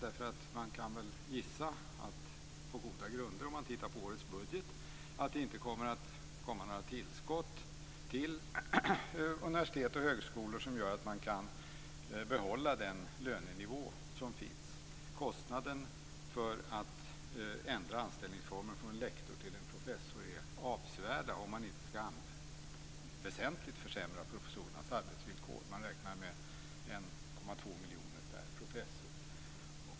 Man kan gissa, på goda grunder om man tittar på årets budget, att det inte kommer att komma några tillskott till universitet och högskolor som gör att det går att behålla den lönenivå som finns. Kostnaden för att ändra anställningsformen från lektor till professor är avsevärd, om inte professorernas arbetsvillkor väsentligen försämras. Man räknar med en kostnad på 1,2 miljoner per professor.